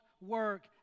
work